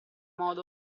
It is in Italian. modo